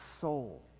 soul